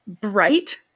bright